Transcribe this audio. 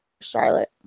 Charlotte